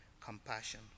compassion